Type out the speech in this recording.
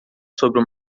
sobre